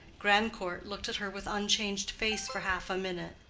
grandcourt looked at her with unchanged face for half a minute,